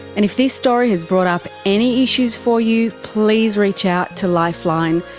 and if this story has brought up any issues for you, please reach out to lifeline,